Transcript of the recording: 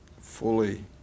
fully